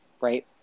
right